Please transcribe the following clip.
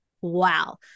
wow